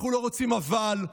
אנחנו לא רוצים "אבל",